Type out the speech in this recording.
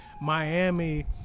miami